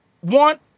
One